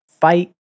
fight